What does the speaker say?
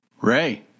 Ray